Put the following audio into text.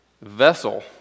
vessel